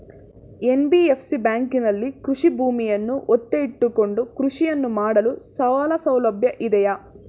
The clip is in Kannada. ಎನ್.ಬಿ.ಎಫ್.ಸಿ ಬ್ಯಾಂಕಿನಲ್ಲಿ ಕೃಷಿ ಭೂಮಿಯನ್ನು ಒತ್ತೆ ಇಟ್ಟುಕೊಂಡು ಕೃಷಿಯನ್ನು ಮಾಡಲು ಸಾಲಸೌಲಭ್ಯ ಇದೆಯಾ?